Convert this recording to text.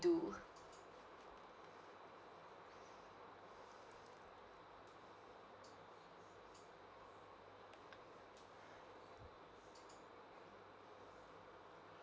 do